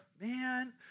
man